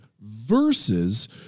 versus